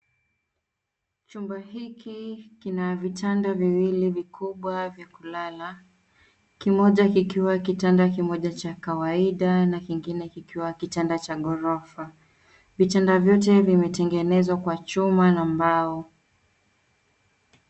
Chumba hiki kina vitanda viwili vikubwa vya kulala, kimoja kikiwa kitanda kimoja cha kawaida na kingine kikiwa kitanda cha ghorofa. Vitanda vyote vimetengenezwa kwa chuma na mbao.